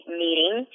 meeting